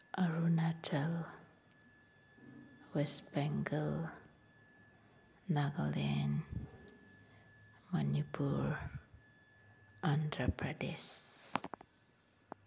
Arunachal West Bengal Nagaland Manipur Andhra Pradesh